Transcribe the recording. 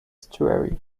estuary